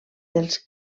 dels